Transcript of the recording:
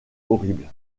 horrible